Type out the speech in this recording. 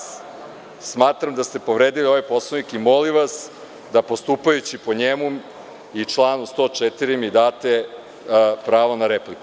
Smatram da ste povredi ovaj Poslovnik i molim vas da postupajući po njemu i članu 104. mi date pravo na repliku.